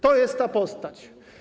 To jest ta postać.